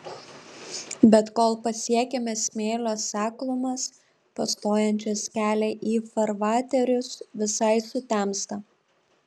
bet kol pasiekiame smėlio seklumas pastojančias kelią į farvaterius visai sutemsta